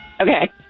Okay